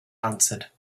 answered